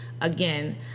Again